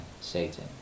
Satan